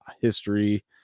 history